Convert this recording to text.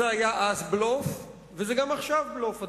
זה היה בלוף אז וגם עכשיו זה בלוף,